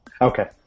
Okay